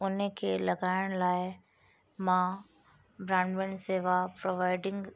उन खे लॻाइण लाइ मां ब्रॉडबैंड सेवा प्रोवाइडिंग